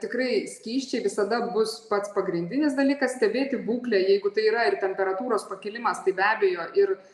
tikrai skysčiai visada bus pats pagrindinis dalykas stebėti būklę jeigu tai yra ir temperatūros pakilimas tai be abejo ir